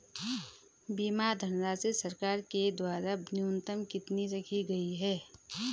बीमा धनराशि सरकार के द्वारा न्यूनतम कितनी रखी गई है?